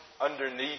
underneath